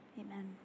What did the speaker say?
amen